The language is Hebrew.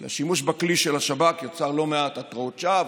כי השימוש בכלי של השב"כ יצר לא מעט התראות שווא,